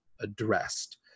addressed